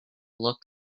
look